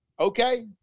Okay